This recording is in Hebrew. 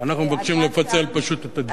אנחנו מבקשים לפצל פשוט את הדיון,